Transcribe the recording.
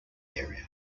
area